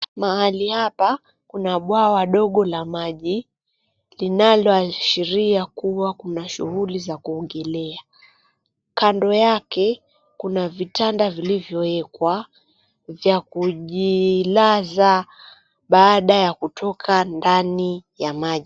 Mahali hapa kuna bwawa dogo la maji, linayoashiria kuwa kuna shughuli za kuogelea. Kando yake kuna vitanda vilivyowekwa vya kujilaza baada ya kutoka ndani ya maji.